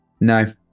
no